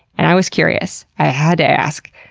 and i was curious, i had to ask,